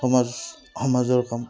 সমাজ সমাজৰ কাম